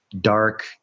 dark